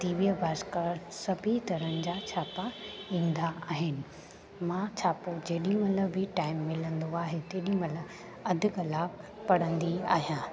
दिव्य भास्कर सभिनि तरह जा छापा ईंदा आहिनि मां छापो जेॾी महिल बि टाइम मिलंदो आहे तेॾी महिल अधु कलाक पढ़ंदी आहियां